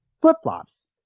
flip-flops